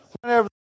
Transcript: whenever